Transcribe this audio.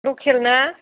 लकेल ना